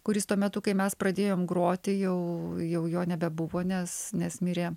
kuris tuo metu kai mes pradėjom groti jau jau jo nebebuvo nes nes mirė